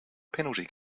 penalty